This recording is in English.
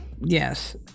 Yes